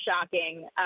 shocking